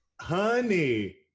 honey